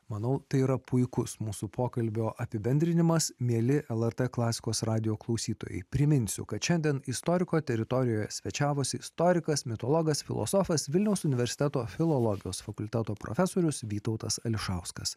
manau tai yra puikus mūsų pokalbio apibendrinimas mieli lrt klasikos radijo klausytojai priminsiu kad šiandien istoriko teritorijoje svečiavosi istorikas mitologas filosofas vilniaus universiteto filologijos fakulteto profesorius vytautas ališauskas